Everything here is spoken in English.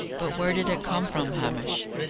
but where did it come from, hamish?